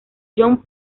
john